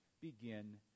begin